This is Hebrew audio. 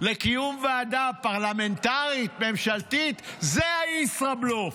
לקיום ועדה פרלמנטרית, ממשלתית, זה הישראבלוף,